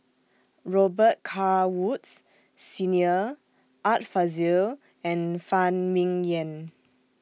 Robet Carr Woods Senior Art Fazil and Phan Ming Yen